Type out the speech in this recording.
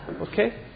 Okay